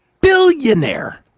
billionaire